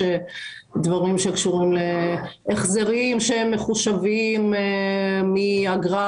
יש דברים שקשורים להחזרים שמחושבים מאגרה